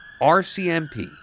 RCMP